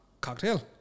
cocktail